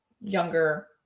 younger